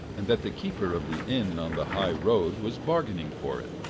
and that the keeper of the inn on the high road was bargaining for it.